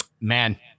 man